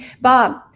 Bob